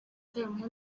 gitaramo